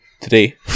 today